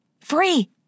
Free